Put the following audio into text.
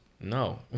No